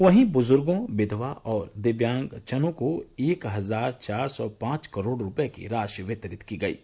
वहीं बुजुर्गों विघवा और दिव्यांगजनों को एक हजार चार सौ पांच करोड की राशि वितरित की गई है